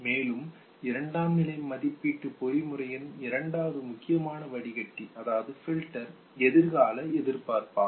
மேலும் இரண்டாம்நிலை மதிப்பீட்டு பொறிமுறையின் இரண்டாவது முக்கியமான வடிகட்டி எதிர்கால எதிர்பார்ப்பாகும்